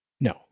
No